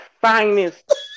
finest